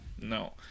No